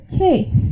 okay